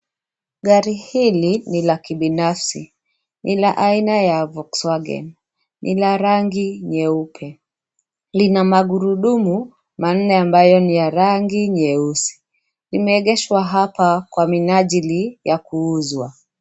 Gari hili ni la kibinafsi, ni la aina ya Volkswagen, ni la rangu nyeupe, lina magurudumu manne ambayo ni ya rangi nyeusi. Limehegeshwa hapa kwa minajili ya kuuzwa.